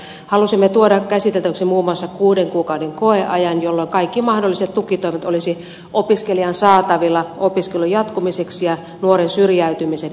halusimme tuoda käsiteltäväksi muun muassa kuuden kuukauden koeajan jolloin kaikki mahdolliset tukitoimet olisivat opiskelijan saatavilla opiskelun jatkumiseksi ja nuoren syrjäytymisen ehkäisemiseksi